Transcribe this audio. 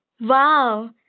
Wow